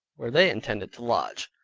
where they intended to lodge.